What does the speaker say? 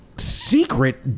secret